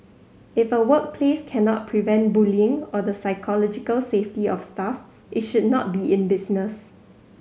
if a workplace cannot prevent bullying or the psychological safety of staff it should not be in business